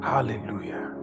Hallelujah